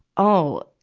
oh,